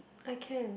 I can